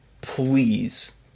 please